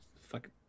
Fuck